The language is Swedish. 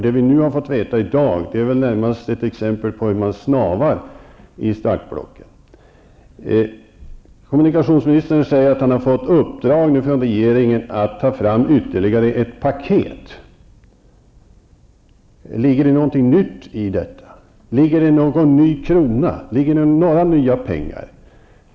Det som vi har fått veta i dag är närmast ett exempel på hur man snavar i startblocken. Kommunikationsministern sade att han har fått i uppdrag av regeringen att ta fram ytterligare ett paket. Finns det någonting nytt i detta paket? Finns det några nya pengar?